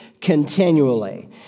continually